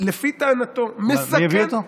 לפי טענתו, מי הביא אותו?